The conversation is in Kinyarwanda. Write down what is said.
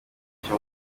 nacyo